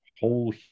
whole